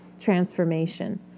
transformation